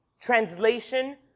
translation